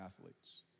Athletes